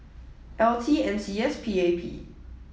L T NCS and PAP